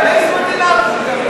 איזו מדינה זו?